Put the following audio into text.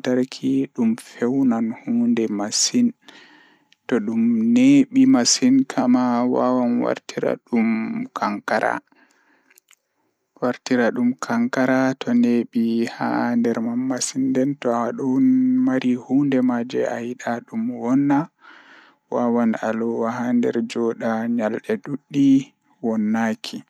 sabu nguurndam fiyaangu.